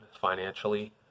financially